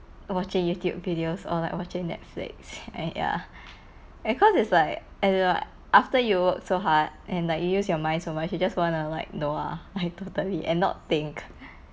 watching YouTube videos or like watching Netflix and ya and cause it's like it's like after you work so hard and like you used your mind so much you just wanna like no lah I totally and not think